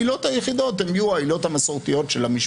העילות היחידות יהיו העילות המסורתיות של המשפט.